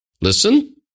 listen